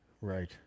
Right